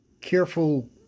careful